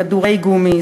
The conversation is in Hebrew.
כדורי גומי,